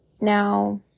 Now